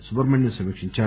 సుబ్రహ్మణ్యం సమీక్షించారు